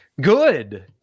good